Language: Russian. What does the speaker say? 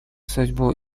судьбу